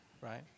right